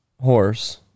Horse